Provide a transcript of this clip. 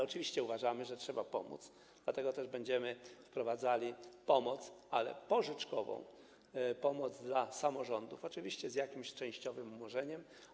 Oczywiście uważamy, że trzeba pomóc, dlatego też będziemy wprowadzali pomoc, ale pożyczkową, pomoc dla samorządów, oczywiście z jakimś częściowym umorzeniem.